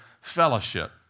fellowship